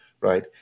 right